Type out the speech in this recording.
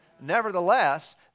Nevertheless